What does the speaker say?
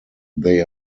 they